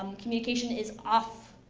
um communication is off,